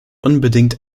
unbedingt